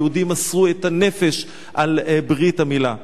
ויהודים מסרו את הנפש על ברית המילה.